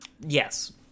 Yes